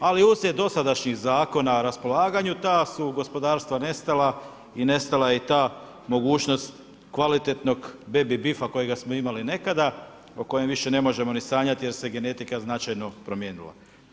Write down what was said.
Ali uslijed dosadašnjih zakona o raspolaganju, ta su gospodarstva nestala i nestala je i ta mogućnost kvalitetnog baby bif kojega smo imali nekada o kojem više ne možemo niti sanjati jer se genetika značajno promijenila.